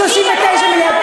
39 מיליארד?